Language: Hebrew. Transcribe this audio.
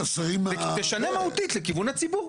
תשנה מהותית לכיוון הציבור.